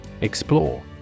Explore